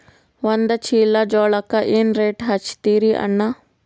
ಒಂದ ಚೀಲಾ ಜೋಳಕ್ಕ ಏನ ರೇಟ್ ಹಚ್ಚತೀರಿ ಅಣ್ಣಾ?